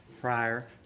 prior